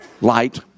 Light